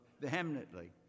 vehemently